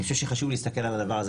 אני חושב שחשוב להסתכל על הדבר הזה,